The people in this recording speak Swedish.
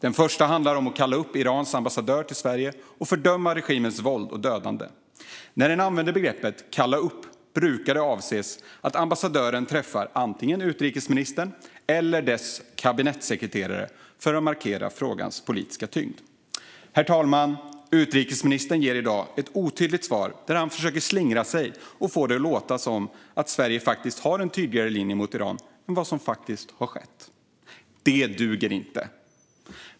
Den första handlar om att kalla upp Irans ambassadör till Sverige och fördöma regimens våld och dödande. När en använder begreppet "kalla upp" brukar det avse att ambassadören träffar antingen utrikesministern eller dennes kabinettssekreterare för att markera frågans politiska tyngd. Herr talman! Utrikesministern ger i dag ett otydligt svar, där han försöker slingra sig och få det att låta som om Sverige har en tydligare linje mot Iran än vad som faktiskt har skett. Det duger inte.